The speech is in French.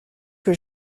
que